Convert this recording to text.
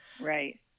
right